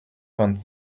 vingt